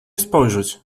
spojrzeć